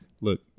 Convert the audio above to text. look